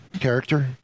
character